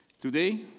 Today